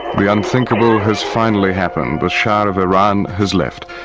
the unthinkable has finally happened. the shah of iran has left.